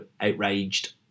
outraged